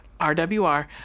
RWR